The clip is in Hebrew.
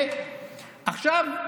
עכשיו,